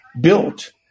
built